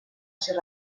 ser